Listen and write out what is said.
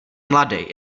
mladej